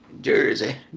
Jersey